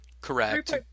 Correct